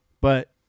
But-